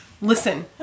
Listen